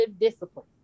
discipline